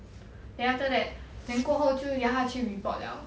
then after that then 过后就要他去 report liao